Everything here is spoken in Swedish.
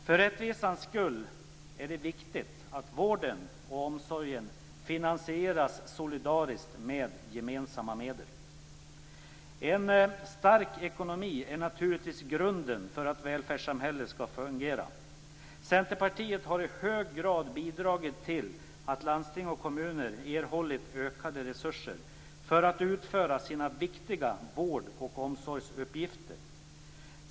För rättvisans skull är det viktigt att vården och omsorgen finansieras solidariskt med gemensamma medel. En stark ekonomi är naturligtvis grunden för att välfärdssamhället skall fungera. Centerpartiet har i hög grad bidragit till att landsting och kommuner erhållit ökade resurser för att utföra sina viktiga vårdoch omsorgsuppgifter.